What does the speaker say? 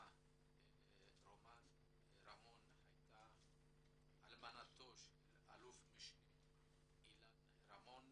רונה רמון הייתה אלמנתו של אל"מ אילן רמון